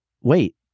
Wait